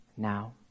now